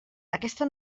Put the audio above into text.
aquesta